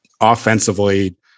offensively